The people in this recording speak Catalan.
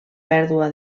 pèrdua